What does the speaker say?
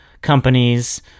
companies